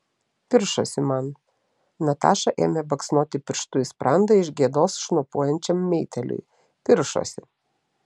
piršosi man nataša ėmė baksnoti pirštu į sprandą iš gėdos šnopuojančiam meitėliui piršosi